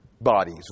bodies